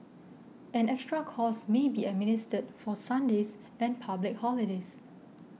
an extra cost may be administered for Sundays and public holidays